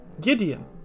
Gideon